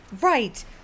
Right